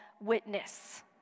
witness